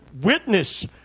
witness